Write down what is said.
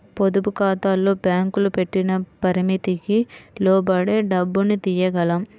పొదుపుఖాతాల్లో బ్యేంకులు పెట్టిన పరిమితికి లోబడే డబ్బుని తియ్యగలం